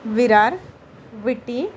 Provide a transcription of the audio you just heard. Virar V T